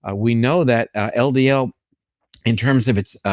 ah we know that ah ldl ldl in terms of its,